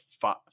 five